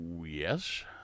yes